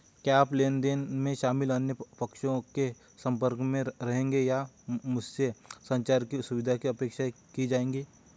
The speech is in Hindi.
क्या आप लेन देन में शामिल अन्य पक्षों के संपर्क में रहेंगे या क्या मुझसे संचार की सुविधा की अपेक्षा की जाएगी?